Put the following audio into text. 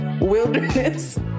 wilderness